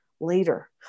later